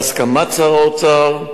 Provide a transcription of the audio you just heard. בהסכמת שר האוצר,